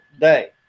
day